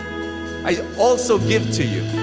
i also give to you,